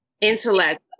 intellect